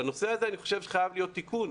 בנושא הזה אני חושב שחייב להיות תיקון.